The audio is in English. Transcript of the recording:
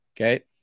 Okay